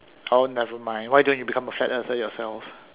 oh never mind why don't you become a flat earther yourself